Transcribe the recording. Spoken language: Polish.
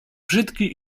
brzyki